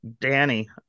danny